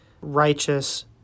righteous